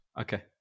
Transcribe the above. Okay